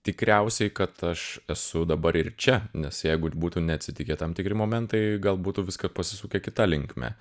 tikriausiai kad aš esu dabar ir čia nes jeigu būtų neatsitikę tam tikri momentai gal būtų viska pasisukę kita linkme